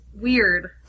weird